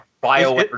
bio